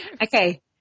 Okay